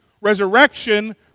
resurrection